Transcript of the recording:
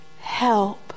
help